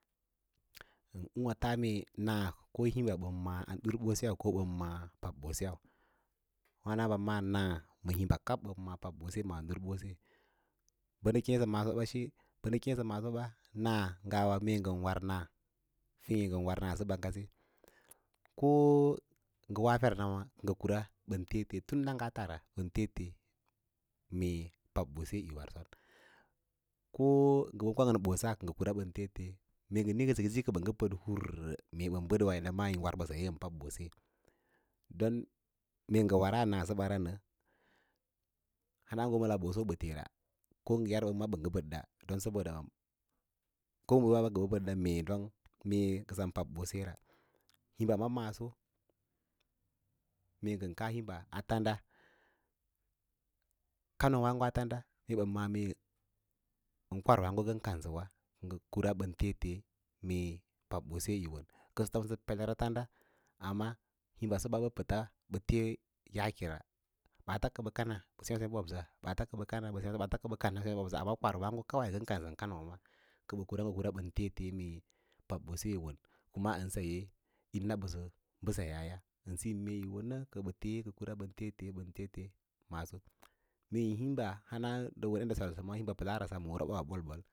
Ûwǎ taa mee naa ko hīmba bən maꞌá anɗurɓoseu ko bən maꞌ pabboseu waīno ahamba naa ma himba kab bən ma’â pabbose ma andurbose bə nə keẽsə masəsəɓa naa mee ngawa ngən war naa feẽ ngən war naasəba ngase ko ngə woa fer nawa ngə kura ɓən tee tee tun na ga tars ɓən tee tee mee pabɓose yi ararson ko ngə gwang ma ɓosa ngə kura ɓən tee tee mee miĩ ngən sikín sīki kə ɓə bəd hurə mee ɓən ɓəd an wandaya pab ɓose eyi, don mee wara naa səbara nə hana ngə wo ma lau ɓoso ɓə teera ko ngə yar ma ɓə ngə bədda don saboda ko ngə lau ɓoso ɓə ngə bədda mee ngə sem pabbosera, himba ma maaso mee ngən kaa himba a tanda kanoowaãgo a tanda mee ɓə ma’a’ mee ən kwan waãgo ngən kansəwa kə ngə kura ɓən tee tee mee pabɓose yi won mbəss peler a tanda amma himbasəbs bə pəts ɓə tee yaakera baats kə bə kana ɓə sêu seu bobose, ɓaats kə bə kana ɓe ro seu boboss ɓaats kə ɓə kana ɓə ro seu sau amma kwan wǎǎgo kawai ngə n kansən kan ws kə kur a ngə hi ɓən tee teem ɓə ma’ān pabɓose yiwon ngasə ngən na bəsə mbəseyaa ya ən siyo mee yi wonə kə ɓəyee, kə ngə kura bən tee tee bən tee tee maaso, mee trinbs hana ms yadda pəlaara bə solsə ma roba ys ba ɓol-ɓol.